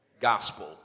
gospel